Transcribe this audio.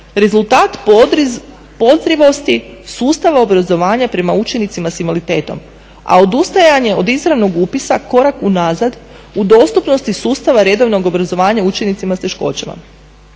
rezultat podrivosti sustava obrazovanja prema učenicima sa invaliditetom a odustajanje od izravnog upisa korak unazad u dostupnosti sustava redovnog obrazovanja učenicima sa teškoćama.